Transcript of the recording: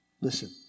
Listen